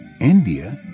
India